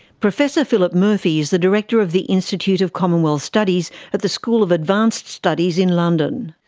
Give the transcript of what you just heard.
professor philip murphy is the director of the institute of commonwealth studies at the school of advanced studies in london.